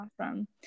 awesome